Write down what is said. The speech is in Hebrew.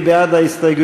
מי בעד ההסתייגויות?